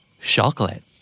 chocolate